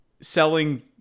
selling